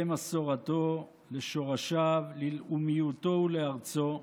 למסורתו, לשורשיו, ללאומיותו ולארצו,